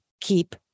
keep